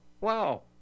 Wow